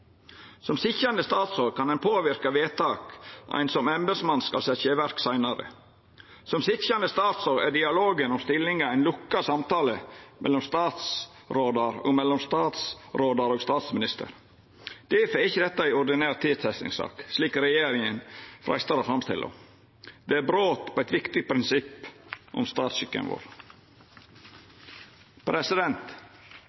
påverka vedtak ein som embetsmann skal setja i verk seinare. Som sitjande statsråd er dialogen om stillingar ein lukka samtale mellom statsrådar og mellom statsrådar og statsminister. Difor er ikkje dette ei ordinær tilsetjingssak, slik regjeringa freistar å framstilla ho som. Det er brot på eit viktig prinsipp om statsskikken